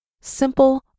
simple